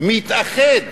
מתאחד